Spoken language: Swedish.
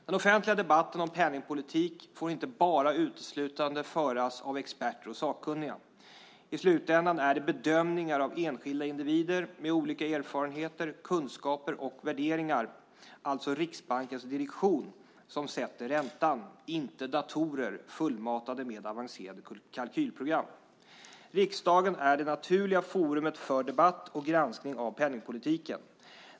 Den offentliga debatten om penningpolitik får inte föras uteslutande av experter och sakkunniga. I slutändan är det bedömningar gjorda av enskilda individer med olika erfarenheter, kunskaper och värderingar i form av Riksbankens direktion som sätter räntan, inte datorer fullmatade med avancerade kalkylprogram. Riksdagen är det naturliga forumet för debatt och granskning av penningpolitiken.